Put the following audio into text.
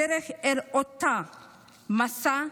בדרך, במסע,